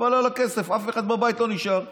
חבל על הכסף, אף אחד לא נשאר בבית.